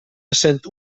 essent